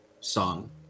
song